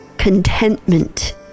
contentment